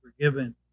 forgiven